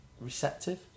receptive